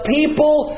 people